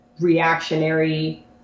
reactionary